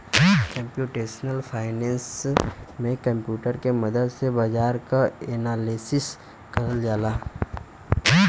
computational finance में computer के मदद से बाजार क एनालिसिस करल जाला